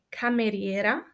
cameriera